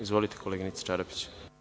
Izvolite, koleginice Čarapić.